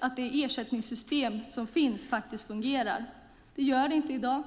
att det ersättningssystem som finns fungerar. Det gör det inte i dag.